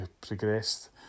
progressed